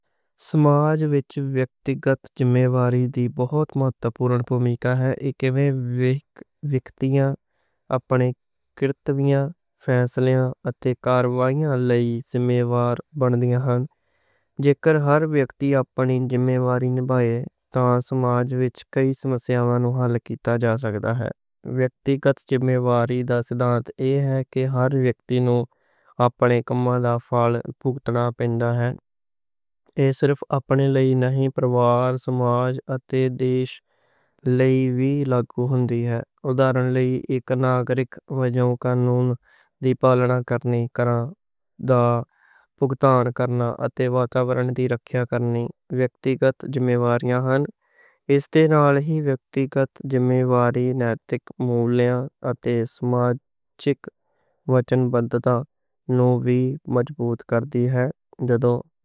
سماج وچ وِیکتی ذمہ واری دی بہت مہتوپورن بھومِکا ہے۔ اِک وِیکتی اپنے کرتَویاں، فیصلਿਆਂ اتے کارروائیاں لئی۔ ذمہ وار بنن گے جے کر ہر وِیکتی اپنی ذمہ واری نبھائے۔ تاں سماج وچ کئی سمسیاواں نوں حل کیتا جا سکدا ہے۔ ذمہ واری دا سدھانْت ایہ ہے کہ ہر وِیکتی نوں اپنے کم دا پھَل۔ بھُگتنا پَیندا ہے؛ ایہ صرف اپنے لئی نہیں، پروار، سماج اتے دیش۔ لئی وی لاگو ہندے ہن۔ اداہرن لئی اک ناگرک وجوں قانون دی۔ پالنا کرنی، کر بھُگتان کرنا اتے واتاورن دی رکھیا۔ کرنی؛ وِیکتی ذمہ وار وی ہن، اس نال نال ہی وِیکتی۔ ذمہ واری نیتک مولیاں اتے سماجک وچنبدتا نوں وی۔ مضبوط کر دی ہے۔